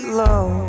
low